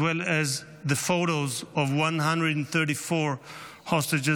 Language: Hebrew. as well as the photos of 134 hostages